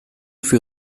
für